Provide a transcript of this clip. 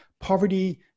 poverty